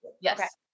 Yes